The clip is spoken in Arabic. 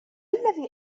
الذي